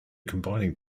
combining